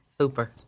super